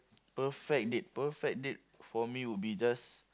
perfect date perfect date for me will be just